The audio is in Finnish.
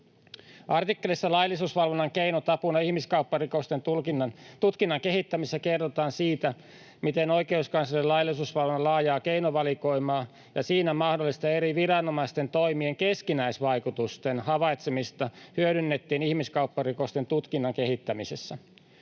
Artikkelissa ”Laillisuusvalvonnan keinot apuna ihmiskaupparikosten tutkinnan kehittämisessä” kerrotaan siitä, miten oikeuskanslerin laillisuusvalvonnan laajaa keinovalikoimaa ja siinä mahdollista eri viranomaisten toimien keskinäisvaikutusten havaitsemista hyödynnettiin ihmiskaupparikosten tutkinnan kehittämisessä.